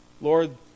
Lord